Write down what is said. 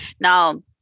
Now